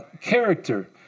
character